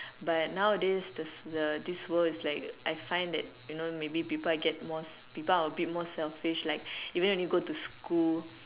but nowadays the the this world is like I find that you know maybe people are get more people are a bit more selfish like even when you go to school